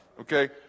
Okay